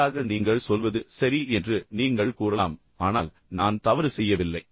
மாறாக நீங்கள் சொல்வது சரி என்று நீங்கள் கூறலாம் ஆனால் நான் தவறு செய்யவில்லை